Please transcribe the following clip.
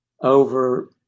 over